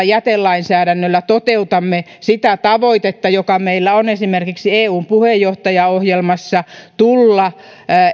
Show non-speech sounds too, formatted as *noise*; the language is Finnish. *unintelligible* jätelainsäädännöllä toteutamme sitä tavoitetta joka meillä on esimerkiksi eun puheenjohtajaohjelmassa tulla